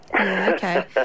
okay